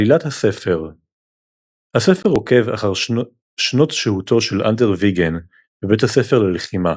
עלילת הספר הספר עוקב אחר שנות שהותו של אנדר ויגין בבית הספר ללחימה,